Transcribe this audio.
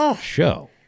show